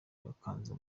bakaza